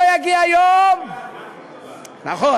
שלא יגיע יום, המפלגה הכי טובה.